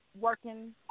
working